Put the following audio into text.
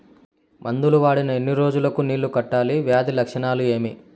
మందులు వాడిన ఎన్ని రోజులు కు నీళ్ళు కట్టాలి, వ్యాధి లక్షణాలు ఏమి?